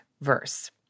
verse